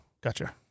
gotcha